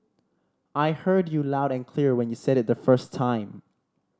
I heard you loud and clear when you said it the first time